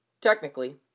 technically